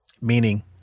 meaning